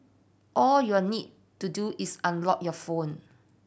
all you'll need to do is unlock your phone